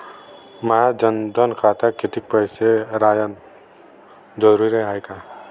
माया जनधन खात्यात कितीक पैसे रायन जरुरी हाय?